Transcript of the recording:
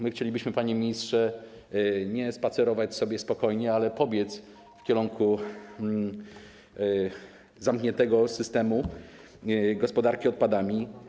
My chcielibyśmy, panie ministrze, nie spacerować sobie spokojnie, ale pobiec w kierunku zamkniętego systemu gospodarki odpadami.